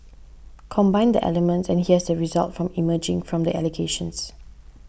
combine the elements and here's the result from emerging from the allegations